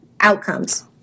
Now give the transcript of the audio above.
outcomes